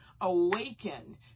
awaken